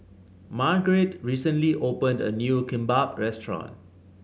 Marguerite recently opened a new Kimbap Restaurant